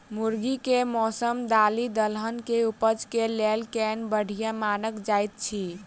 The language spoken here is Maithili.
गर्मी केँ मौसम दालि दलहन केँ उपज केँ लेल केल बढ़िया मानल जाइत अछि?